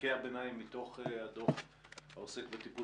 בפרקי הביניים מתוך הדוח העוסק בטיפול